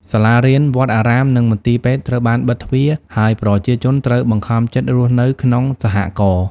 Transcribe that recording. សាលារៀន វត្តអារាម និងមន្ទីរពេទ្យត្រូវបានបិទទ្វារ ហើយប្រជាជនត្រូវបង្ខំចិត្តរស់នៅក្នុង សហករណ៍។